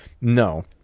No